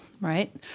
right